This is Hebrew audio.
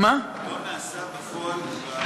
לא נעשה בפועל שום דבר.